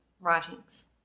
writings